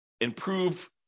improve